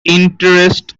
interest